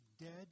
dead